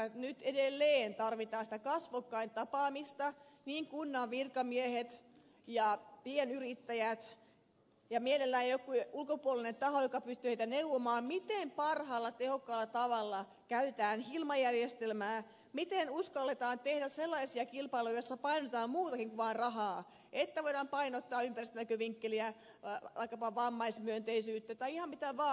nyt edelleen tarvitaan sitä kasvokkain tapaamista niin kunnan virkamiehiltä kuin pienyrittäjiltäkin ja mielellään joku ulkopuolinen taho joka pystyy heitä neuvomaan miten parhaalla tehokkaalla tavalla käytetään hilma järjestelmää miten uskalletaan tehdä sellaisia kilpailuja joissa painotetaan muutakin kuin vaan rahaa että voidaan painottaa ympäristönäkövinkkeliä vaikkapa vammaismyönteisyyttä tai ihan mitä vaan